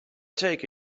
take